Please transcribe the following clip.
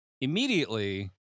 immediately